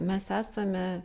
mes esame